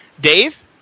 Dave